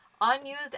unused